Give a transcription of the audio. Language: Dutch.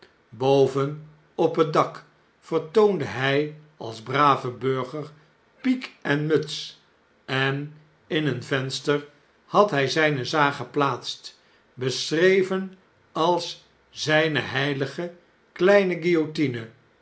op net dak vertoonde hfl als brave burger piek en muts en in een venster had hjj zjjne zaag geplaatst beschreven als zjjne heilige kleine guillotine